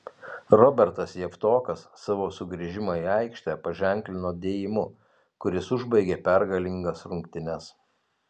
robertas javtokas savo sugrįžimą į aikštę paženklino dėjimu kuris užbaigė pergalingas rungtynes